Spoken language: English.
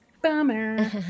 bummer